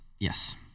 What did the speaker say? Yes